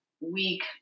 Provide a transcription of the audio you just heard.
week